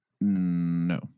No